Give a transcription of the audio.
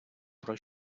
про